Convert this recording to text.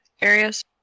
areas